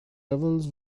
levels